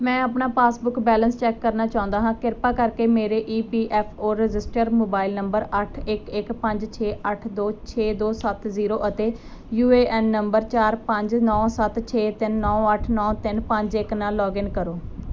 ਮੈਂ ਆਪਣਾ passbook balance check ਕਰਨਾ ਚਾਹੁੰਦਾ ਹਾਂ ਕਿਰਪਾ ਕਰਕੇ ਮੇਰੇ E P F O registered mobile number ਅੱਠ ਇੱਕ ਇੱਕ ਪੰਜ ਛੇ ਅੱਠ ਦੋ ਛੇ ਦੋ ਸੱਤ ਜ਼ੀਰੋ ਅਤੇ ਯੂ ਏ ਐਨ ਨੰਬਰ ਚਾਰ ਪੰਜ ਨੌਂ ਸੱਤ ਛੇ ਤਿੰਨ ਨੌਂ ਅੱਠ ਨੌਂ ਤਿੰਨ ਪੰਜ ਇੱਕ ਨਾਲ ਲੌਗਇਨ ਕਰੋ